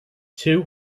two